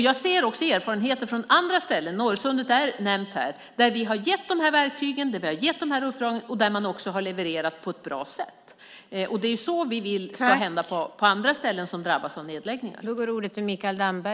Jag ser också erfarenheter från andra ställen - Norrsundet har nämnts här - där vi har gett de här verktygen och uppdragen och där man också har levererat på ett bra sätt. Det är det som vi vill ska hända på andra ställen som drabbas av nedläggningar.